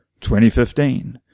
2015